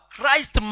Christ